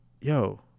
yo